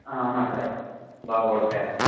ஆ ஆமாம் சார் பாபுவோட பேரெண்ட்ஸ் தான்